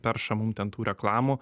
perša mum ten tų reklamų